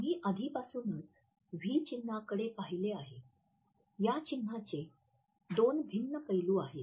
आम्ही आधीपासूनच 'व्ही' चिन्हाकडे पाहिले आहे या चिन्हाचे दोन भिन्न पैलू आहेत